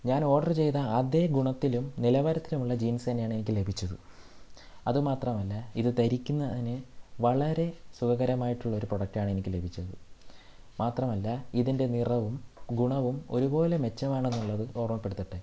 ഞാൻ ഓഡർ ചെയ്ത അതേ ഗുണത്തിലും നിലവാരത്തിലുമുള്ള ജീൻസ് തന്നെയാണ് എനിക്ക് ലഭിച്ചത് അതു മാത്രമല്ല ഇത് ധരിക്കുന്നതിന് വളരെ സുഖകരമായിട്ടുള്ള ഒരു പ്രൊഡക്ട് ആണ് എനിക്ക് ലഭിച്ചത് മാത്രമല്ല ഇതിൻ്റെ നിറവും ഗുണവും ഒരുപോലെ മെച്ചമാണെന്നുള്ളത് ഓർമ്മപ്പെടുത്തട്ടെ